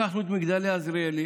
לקחנו הדמיה של מגדלי עזריאלי